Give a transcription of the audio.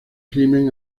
crimen